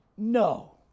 No